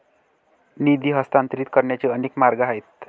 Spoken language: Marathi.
निधी हस्तांतरित करण्याचे अनेक मार्ग आहेत